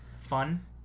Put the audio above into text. Fun